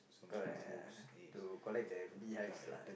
got uh to collect the beehives lah